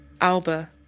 Alba